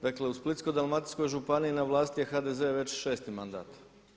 Dakle u Splitsko-dalmatinskoj županiji na vlasti je HDZ već 6.-ti mandat.